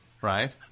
Right